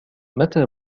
متى